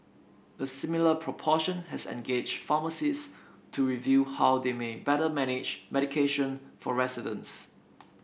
a similar proportion has engaged pharmacists to review how they may better manage medication for residents